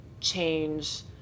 change